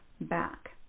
back